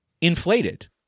inflated